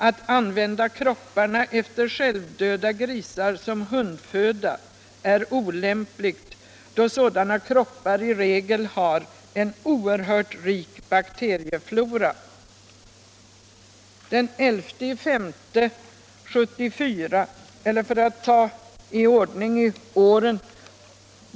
Att använda kropparna efter självdöda grisar som hundföda är olämpligt, då sådana kroppar i regel har en oerhört rik bakterieflora, skriver hälsovårdsnämnden.